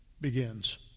begins